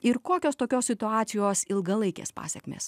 ir kokios tokios situacijos ilgalaikės pasekmės